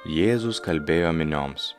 jėzus kalbėjo minioms